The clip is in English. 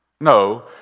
No